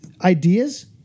ideas